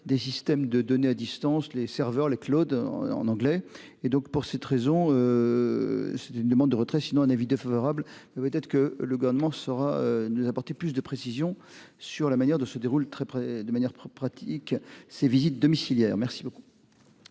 des systèmes de données à distance les serveurs, les Claude en anglais et donc pour cette raison. C'est une demande de retrait sinon un avis défavorable, ça doit être que le gouvernement saura nous apporter plus de précisions sur la manière de se déroule très près de manière pratique, ces visites domiciliaires. Merci beaucoup.